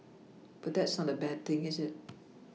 but that's not a bad thing is it